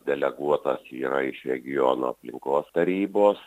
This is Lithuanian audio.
deleguotas yra iš regiono aplinkos tarybos